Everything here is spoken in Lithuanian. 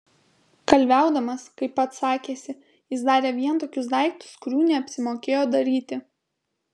kalviaudamas kaip pats sakėsi jis darė vien tokius daiktus kurių neapsimokėjo daryti